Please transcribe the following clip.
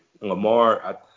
Lamar